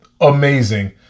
amazing